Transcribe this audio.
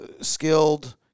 Skilled